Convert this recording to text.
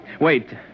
Wait